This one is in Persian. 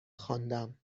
خواندم